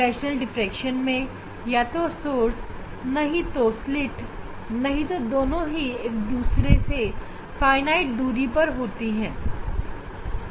फ्रेशनेल diffraction में या तो सोर्स नहीं तो स्लिट नहीं तो दोनों में से कोई एक सीमित दूरी पर होते हैं